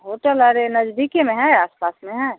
hotel अरे नज़दीक ही में है आस पास में है